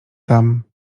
tam